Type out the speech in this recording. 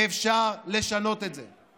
אפשר לשנות את זה.